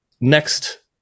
next